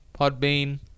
Podbean